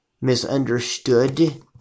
misunderstood